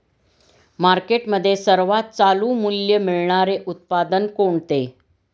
मार्केटमध्ये सर्वात चालू मूल्य मिळणारे उत्पादन कोणते?